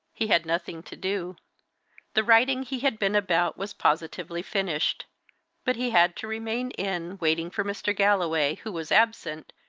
he had nothing to do the writing he had been about was positively finished but he had to remain in, waiting for mr. galloway, who was absent,